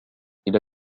إلى